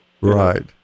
Right